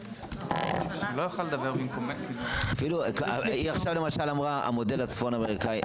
היא למשל דיברה עכשיו על המודל הצפון אמריקני,